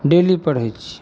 daily पढ़ै छी